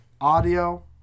Audio